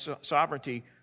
sovereignty